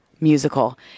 musical